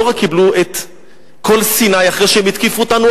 לא רק קיבלו את כל סיני אחרי שהם התקיפו אותנו.